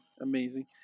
amazing